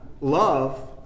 love